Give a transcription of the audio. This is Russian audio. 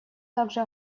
также